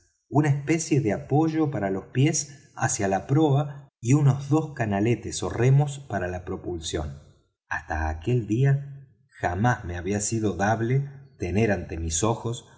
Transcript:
una especie de apoyo para los pies hacia la proa y unos dos canaletes ó remos para la propulsión hasta aquel día jamás me había sido dable tener ante mis ojos